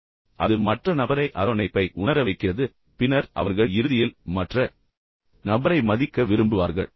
எனவே அது மற்ற நபரை அரவணைப்பை உணர வைக்கிறது பின்னர் அவர்கள் இறுதியில் மற்ற நபரை மதிக்க விரும்புவார்கள்